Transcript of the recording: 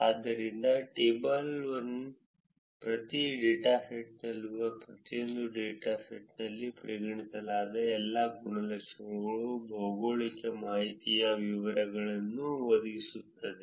ಆದ್ದರಿಂದ table one ಪ್ರತಿ ಡೇಟಾಸೆಟ್ನಲ್ಲಿನ ಪ್ರತಿಯೊಂದು ಡೇಟಾಸೆಟ್ನಲ್ಲಿ ಪರಿಗಣಿಸಲಾದ ಎಲ್ಲಾ ಗುಣಲಕ್ಷಣಗಳ ಭೌಗೋಳಿಕ ಮಾಹಿತಿಯ ವಿತರಣೆಯನ್ನು ಒದಗಿಸುತ್ತದೆ